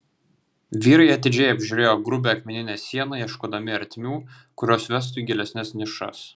vyrai atidžiai apžiūrėjo grubią akmeninę sieną ieškodami ertmių kurios vestų į gilesnes nišas